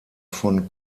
von